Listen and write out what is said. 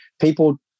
People